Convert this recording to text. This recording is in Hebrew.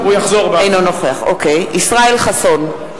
חסון, אינו נוכח ישראל חסון,